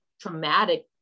traumatic